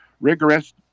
rigorous